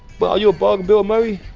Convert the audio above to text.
but are you a bug, bill murray?